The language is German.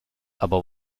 aber